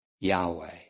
Yahweh